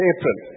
April